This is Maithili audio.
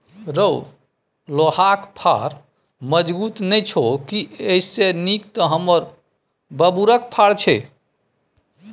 रौ लोहाक फार मजगुत नै छौ की एइसे नीक तँ हमर बबुरक फार छै